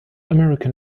american